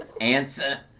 Answer